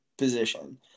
position